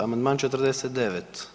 Amandman 49.